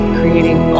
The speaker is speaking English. creating